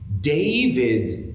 David's